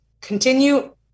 continue